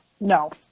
No